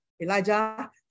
Elijah